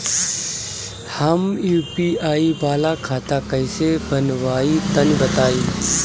हम यू.पी.आई वाला खाता कइसे बनवाई तनि बताई?